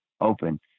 open